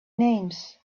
names